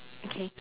okay